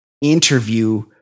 interview